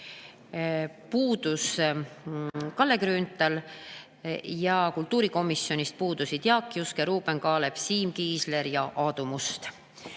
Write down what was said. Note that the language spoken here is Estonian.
puudus Kalle Grünthal ja kultuurikomisjonist puudusid Jaak Juske, Ruuben Kaalep, Siim Kiisler ja Aadu Must.